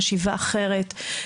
חשיבה אחרת,